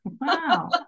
Wow